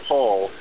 Paul